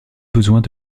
besoins